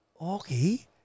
okay